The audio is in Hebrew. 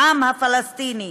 העם הפלסטיני,